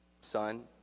son